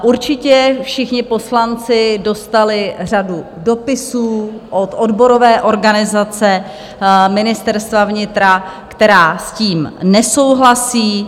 Určitě všichni poslanci dostali řadu dopisů od odborové organizace Ministerstva vnitra, která s tím nesouhlasí.